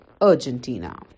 Argentina